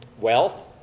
Wealth